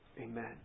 Amen